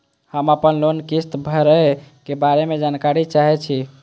हम आपन लोन किस्त भरै के बारे में जानकारी चाहै छी?